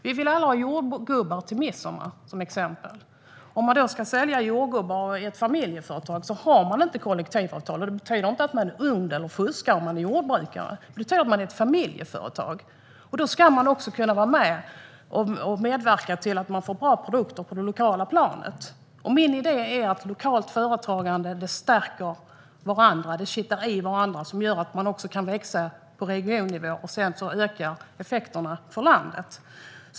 Som exempel kan nämnas att vi alla vill ha jordgubbar till midsommar. Om ett familjeföretag ska sälja jordgubbar har man inte kollektivavtal, men det betyder inte man är ond eller fuskar som jordbrukare, utan det betyder att man är ett familjeföretag. Då ska man också kunna medverka till bra produkter på det lokala planet. Min idé är att lokala företag stärker varandra, och då kan de växa på regionnivå. Därmed ökar effekterna för landet.